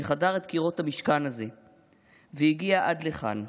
שחדר את קירות המשכן הזה והגיע עד לכאן,